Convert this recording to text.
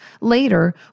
later